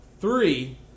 Three